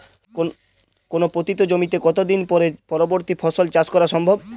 কোনো পতিত জমিতে কত দিন পরে পরবর্তী ফসল চাষ করা সম্ভব?